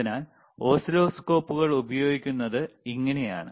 അതിനാൽ ഓസിലോസ്കോപ്പുകൾ ഉപയോഗിക്കുന്നത് ഇങ്ങനെയാണ്